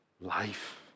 life